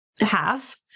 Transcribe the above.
half